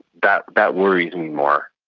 that that worries me more.